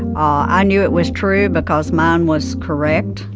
i knew it was true because mine was correct.